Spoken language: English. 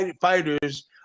fighters